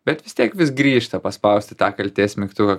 bet vis tiek vis grįžta paspausti tą kaltės mygtuką